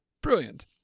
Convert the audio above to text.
brilliant